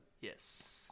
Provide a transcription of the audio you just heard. yes